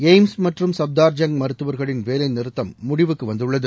AIIMS மற்றும் சப்தார்ஜங் மருத்துவர்களின் வேலைநிறுத்தம் முடிவுக்கு வந்துள்ளது